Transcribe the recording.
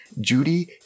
Judy